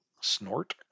Snort